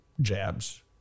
jabs